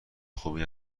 خوبی